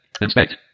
inspect